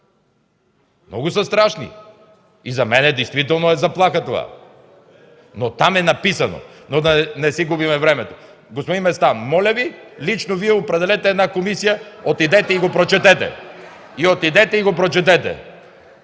Много са страшни! И за мен това действително е заплаха. Но там е написано... но да не си губим времето. Господин Местан, моля Ви, лично Вие определете една комисия, отидете и го прочетете. Отидете и го прочетете!